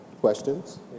Questions